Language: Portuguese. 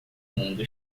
mundo